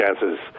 chances